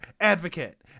advocate